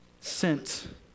sent